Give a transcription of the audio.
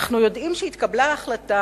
יודעים שהעובדים אינם